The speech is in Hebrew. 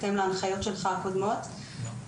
בהתאם להנחיות הקודמות שלך.